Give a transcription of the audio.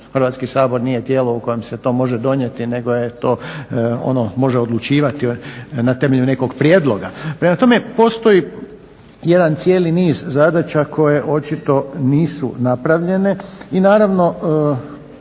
Hrvatski sabor nije tijelo u kojem se to može donijeti nego je to ono može odlučivati na temelju nekog prijedloga. Prema tome, postoji jedan cijeli niz zadaća koje očito nisu napravljene i naravno